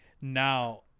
now